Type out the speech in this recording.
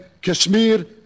Kashmir